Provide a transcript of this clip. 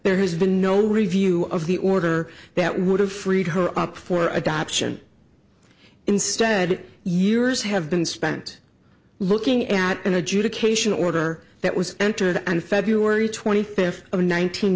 there has been no review of the order that would have freed her up for adoption instead years have been spent looking at an adjudication order that was entered and february twenty fifth of